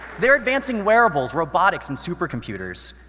they're advancing wearables, robotics, and supercomputers.